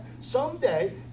someday